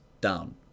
down